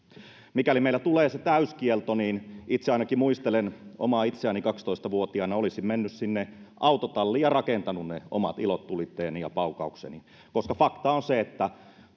mikäli meillä tulee se täyskielto niin itse ainakin kun muistelen itseäni kaksitoista vuotiaana olisin mennyt sinne autotalliin ja rakentanut ne omat ilotulitteeni ja paukaukseni koska fakta on se että